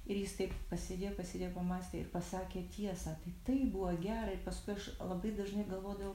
ir jis taip pasėdėjo pasėdėjo pamąstė ir pasakė tiesą tai buvo gera ir paskui aš labai dažnai galvodavau